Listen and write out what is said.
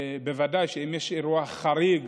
בוודאי שאם יש אירוע חריג